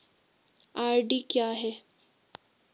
RD क्या है?